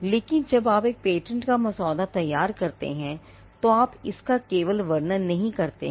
लेकिन जब आप एक पेटेंट का मसौदा तैयार करते हैं तो आप इसका केवल वर्णन नहीं करते हैं